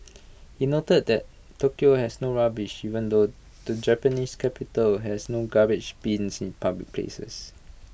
he noted that Tokyo has no rubbish even though the Japanese capital has no garbage bins in public places